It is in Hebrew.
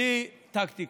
בלי טקטיקה.